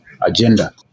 agenda